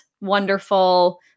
wonderful